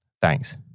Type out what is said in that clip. Thanks